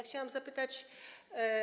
Chciałam zapytać.